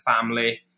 family